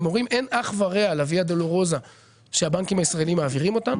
הם אומרים אין אח ורע לויה דולורוזה שהבנקים הישראלים מעבירים אותם.